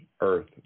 Earth